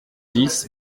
dix